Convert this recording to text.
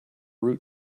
root